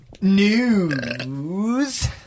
news